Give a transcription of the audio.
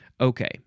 Okay